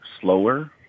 slower